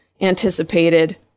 anticipated